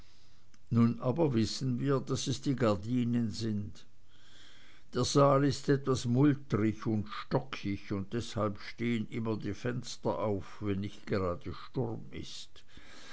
nun aber wissen wir daß es die gardinen sind der saal ist etwas multrig und stockig und deshalb stehen immer die fenster auf wenn nicht gerade sturm ist